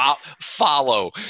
follow